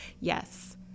yes